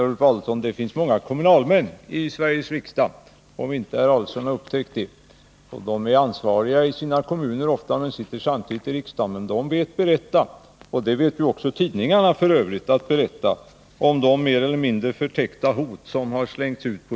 Varför skall man flyga med planen efter klockan tio på kvällen? Då flyger man ju inte på Arlanda heller. — Nej, tacka för det!